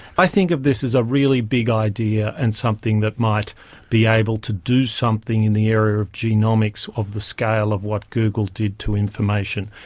i think of this as a really big idea, and something that might be able to do something in the area of genomics of the scale of what google did to information.